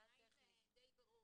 בעיניי זה די ברור